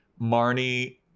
Marnie